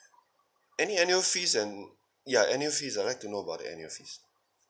any annual fees and ya annual fees I'd like to know about the annual fees